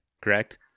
correct